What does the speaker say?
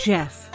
Jeff